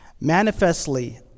Manifestly